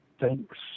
thanks